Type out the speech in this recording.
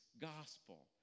gospel